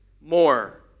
more